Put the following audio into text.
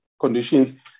conditions